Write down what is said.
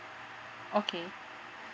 okay